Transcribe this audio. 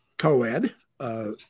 co-ed –